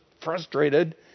frustrated